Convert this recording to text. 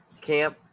camp